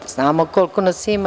Znamo koliko nas ima.